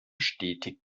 stetig